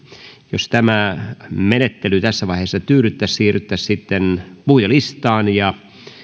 jos tämä menettely tässä vaiheessa tyydyttää siirryttäisiin sitten puhujalistaan ja